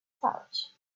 pouch